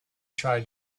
tried